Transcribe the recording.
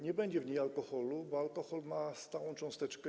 Nie będzie w tym alkoholu, bo alkohol ma stałą cząsteczkę.